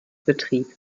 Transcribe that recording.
betrieb